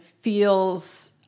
feels